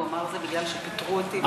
הוא אמר: זה כי פיטרו אותי,